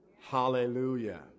Hallelujah